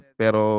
pero